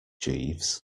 jeeves